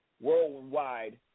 worldwide